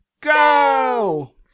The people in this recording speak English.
Go